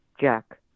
Jack